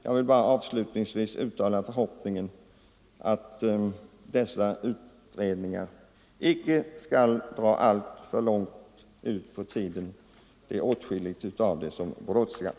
Jag vill bara avslutningsvis uttala förhoppningen att dessa utredningar icke drar alltför långt ut på tiden. Åtskilligt av detta brådskar.